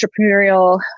entrepreneurial